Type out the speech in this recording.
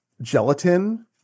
gelatin